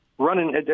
Running